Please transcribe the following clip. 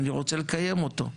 אני רוצה לקיים אותו.